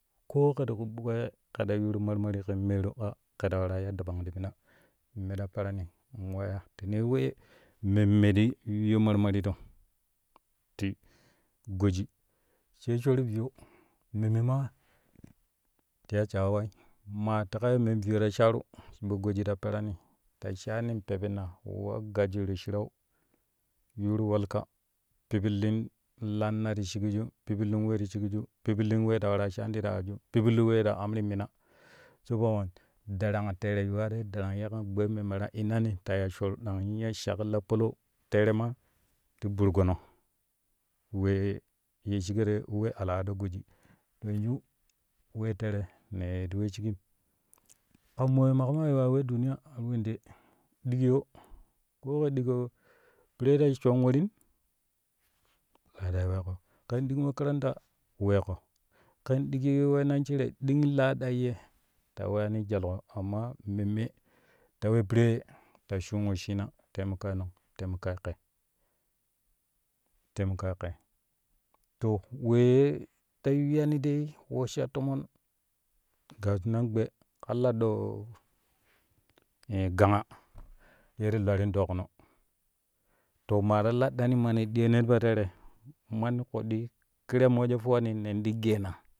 Ke kɛ ti ƙuɓuk pewe ƙɛ ta yuuru marmari kɛn meeru ka kɛ ta waraa ya dabang ti mina mene ta perarni wa ya tene we memme ti yuyyo marmariro ti goji sai shor riyo memme maa ti ya sha’awai maa teƙa ya men viyo ta shaaru shibo goji ta perani ta shaani pepinna wa gajiuiru shirau yuuru walka pipillin lanna ti shikju pipillin we ti shikju pipillin we ta waraa shaani ta aaju pipillin wee ta amrin mina saboda wen darang tere yuwarei darang ye kam gbai memme ta inani ta ya shor ya shaklo palau tere ma ti burgono wee ye shigerei we alada goji yanju wee tere ne ti we shigim kan moye maƙo ma yuwa we duniya wende dikyo ko kɛ digo piree to shoon worin tare weƙo kɛn dik makaranta weƙo kɛn duk wenon shire ding lada ye ta weyani jwalƙo amma memme ta we pire ta shuun wesshina taimaƙaai nong taimakaai kɛ taimakaai kɛ to weyye ta yuyyani dai we sha tomon kaƙinan gbe ka laɗɗoo ganga ye ti lwarin dwakubo to marta kɗɗani mana ɗiyono ti po tera mani koɗɗi kere ya mo wejo fuwani nen ti geena.